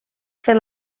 fer